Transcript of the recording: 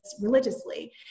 religiously